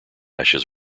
ashes